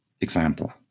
example